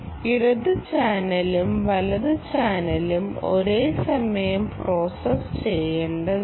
ഇടത് ചാനലും വലത് ചാനലും ഒരേസമയം പ്രോസസ്സ് ചെയ്യേണ്ടതാണ്